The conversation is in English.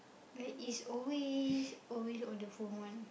like is always always on the phone one